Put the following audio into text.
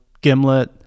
gimlet